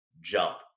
jump